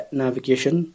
navigation